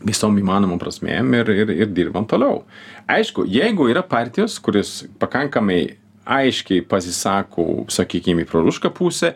visom įmanomom prasmėm ir ir ir dirbam toliau aišku jeigu yra partijos kuris pakankamai aiškiai pasisako sakykim į prorusišką pusę